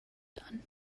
done